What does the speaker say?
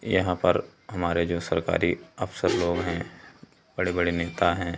यहाँ पर हमारे जो सरकारी अफसर लोग हैं बड़े बड़े नेता हैं